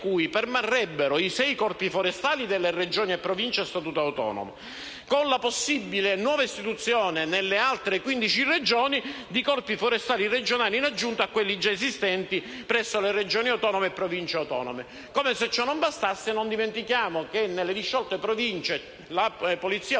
cui permarrebbero i sei Corpi forestali delle Regioni e Province a statuto autonomo, con la possibile nuova istituzione, nelle altre 15 Regioni, di Corpi forestali regionali in aggiunta a quelli già esistenti presso le Regioni e le Province autonome. Come se ciò non bastasse, non dimentichiamo che nelle disciolte Province la polizia